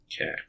Okay